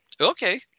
okay